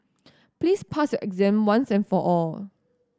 please pass your exam once and for all